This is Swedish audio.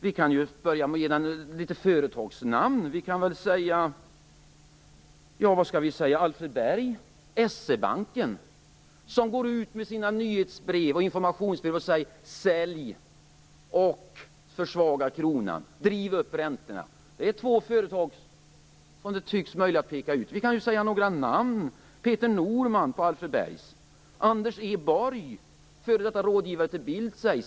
Vi kan börja med några företagsnamn, t.ex. Alfred Berg och SE-banken, som i sina nyhetsoch informationsbrev säger "Sälj!" och därmed försvagar kronan och driver upp räntorna. Det är två företag som det tycks mig möjligt att peka ut. Låt mig nämna några namn från Alfred Bergkoncernen: Peter Norman och Anders E. Borg, f.d. rådgivare till Bildt.